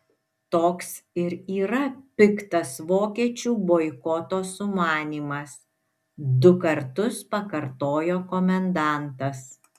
toks ir yra piktas vokiečių boikoto sumanymas du kartus pakartojo komendantas